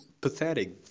pathetic